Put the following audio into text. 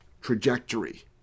trajectory